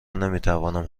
نمیتوانم